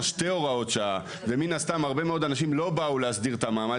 שתי הוראות שעה ו מן הסתם הרבה מאוד אנשים לא באו להסדיר את המעמד